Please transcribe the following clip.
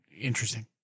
interesting